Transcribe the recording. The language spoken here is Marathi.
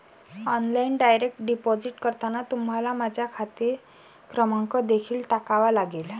ऑनलाइन डायरेक्ट डिपॉझिट करताना तुम्हाला माझा खाते क्रमांक देखील टाकावा लागेल